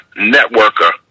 networker